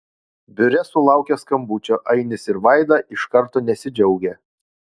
biure sulaukę skambučio ainis ir vaida iš karto nesidžiaugia